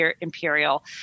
imperial